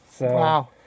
wow